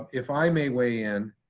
if i may weigh in,